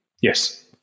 yes